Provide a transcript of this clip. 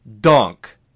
Dunk